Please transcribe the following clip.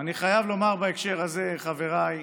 ואני חייב לומר בהקשר הזה, חבריי,